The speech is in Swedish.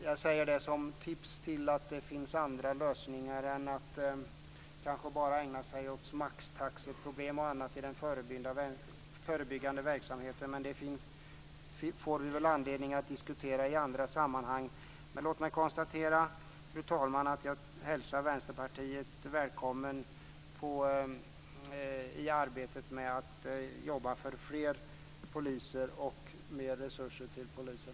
Jag säger det som ett tips. Det finns andra lösningar än att bara ägna sig åt maxtaxeproblem och annat i den förebyggande verksamheten. Det får vi väl anledning att diskutera i andra sammanhang. Fru talman! Jag hälsar Vänsterpartiet välkommet i arbetet att jobba för fler poliser och mer resurser till polisen.